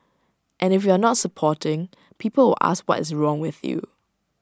and if you are not supporting people will ask what is wrong with you